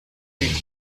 meet